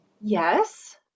Yes